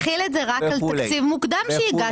אבל אתה מחיל את זה רק על תקציב מוקדם שהגשת,